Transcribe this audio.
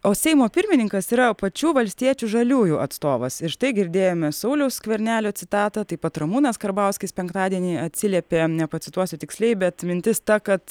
o seimo pirmininkas yra pačių valstiečių žaliųjų atstovas ir štai girdėjome sauliaus skvernelio citatą taip pat ramūnas karbauskis penktadienį atsiliepė nepacituosiu tiksliai bet mintis ta kad